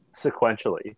sequentially